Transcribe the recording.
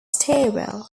stairwell